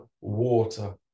water